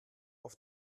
auf